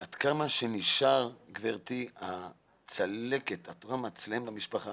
גברתי, אצלנו במשפחה